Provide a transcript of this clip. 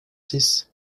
six